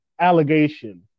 allegation